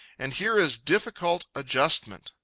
and here is difficult adjustment,